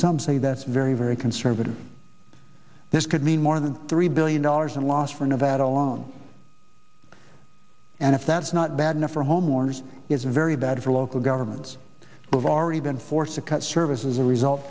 some say that's very very conservative this could mean more than three billion dollars in lost for nevada alone and if that's not bad enough for homeowners it's very bad for local governments have already been forced to cut service is a result